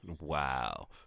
wow